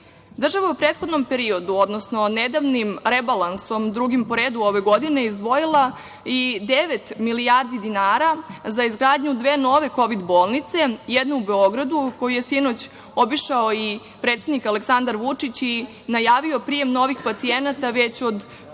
je u prethodnom periodu, odnosno nedavnim rebalansom, drugim po redu ove godine izdvojila i devet milijardi dinara za izgradnju dve nove kovid bolnice, jednu u Beogradu koju je sinoć obišao i predsednik Aleksandar Vučić i najavio prijem novih pacijenata već od početka